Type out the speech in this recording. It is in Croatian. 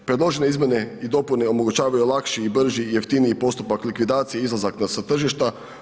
Predložene izmjene i dopune omogućavaju lakši i brži i jeftiniji postupak likvidacije, izlazak sa tržišta.